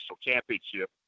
championship